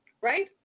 Right